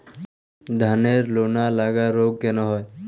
ধানের লোনা লাগা রোগ কেন হয়?